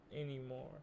anymore